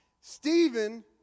Stephen